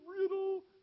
riddle